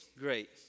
great